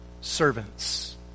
servants